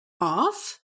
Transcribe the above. off